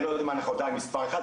אני לא יודע אם אנחנו מס' אחד,